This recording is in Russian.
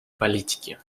политики